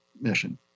mission